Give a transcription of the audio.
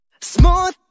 Smooth